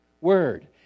Word